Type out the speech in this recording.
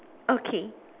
okay